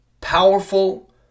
powerful